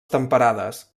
temperades